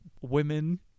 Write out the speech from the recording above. Women